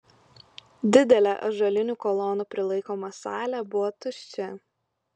didelė ąžuolinių kolonų prilaikoma salė buvo tuščia